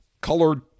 colored